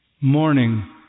morning